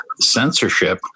censorship